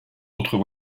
autres